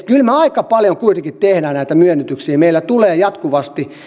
kyllä me aika paljon kuitenkin teemme näitä myönnytyksiä meillä tulee jatkuvasti